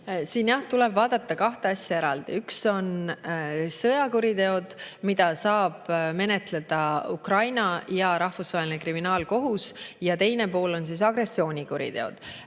Siin jah tuleb vaadata kahte asja eraldi: üks on sõjakuriteod, mida saab menetleda Ukraina ja Rahvusvaheline Kriminaalkohus, ja teine pool on agressioonikuriteod.